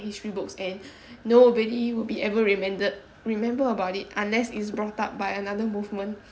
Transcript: the history books and nobody will be ever remember about it unless it is brought up by another movement